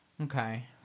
Okay